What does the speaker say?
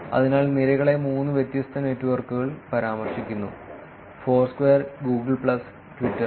അതിനാൽ നിരകളെ മൂന്ന് വ്യത്യസ്ത നെറ്റ്വർക്കുകൾ പരാമർശിക്കുന്നു ഫോർസ്ക്വയർ ഗൂഗിൾ പ്ലസ് ട്വിറ്റർ